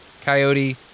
coyote